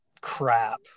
crap